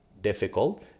difficult